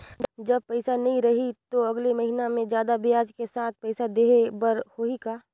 जब पइसा नहीं रही तो अगले महीना मे जादा ब्याज के साथ पइसा देहे बर होहि का?